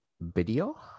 video